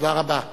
תודה רבה.